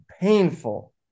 painful